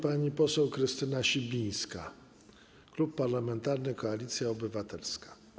Pani Poseł Krystyna Sibińska, Klub Parlamentarny Koalicja Obywatelska.